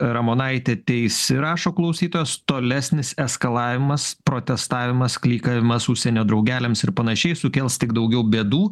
ramonaitė teisi rašo klausytojas tolesnis eskalavimas protestavimas klykavimas užsienio draugeliams ir panašiai sukels tik daugiau bėdų